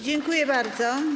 Dziękuję bardzo.